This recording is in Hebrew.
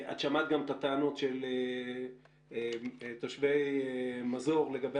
את שמעת גם את הטענות של תושבי מזור לגבי